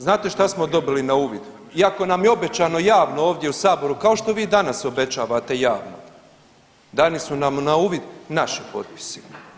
Znate šta smo dobili na uvid iako nam je obećano javno ovdje u saboru kao što vi danas obećavate javno, dani su nam na uvid naši potpisi.